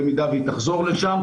במידה שהיא תחזור לשם,